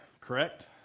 Correct